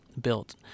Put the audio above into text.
built